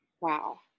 Wow